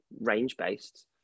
range-based